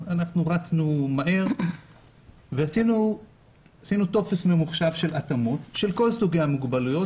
רצנו מהר ועשינו טופס ממוחשב של התאמות של כל סוגי המוגבלויות